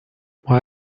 why